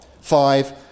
Five